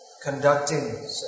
Conducting